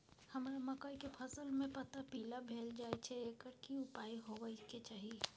हमरा मकई के फसल में पता पीला भेल जाय छै एकर की उपचार होबय के चाही?